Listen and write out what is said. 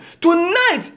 Tonight